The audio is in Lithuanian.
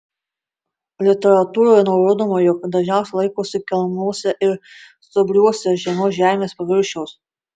literatūroje nurodoma jog dažniausiai laikosi kelmuose ir stuobriuose žemiau žemės paviršiaus